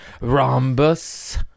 Rhombus